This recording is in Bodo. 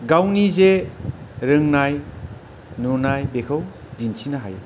गावनि जे रोंनाय नुनाय बेखौ दिन्थिनो हायो